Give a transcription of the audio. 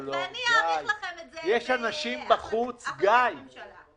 אין מה לעשות, זאת המציאות.